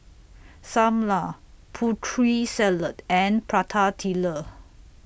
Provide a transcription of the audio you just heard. SAM Lau Putri Salad and Prata Telur